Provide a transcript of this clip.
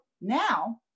now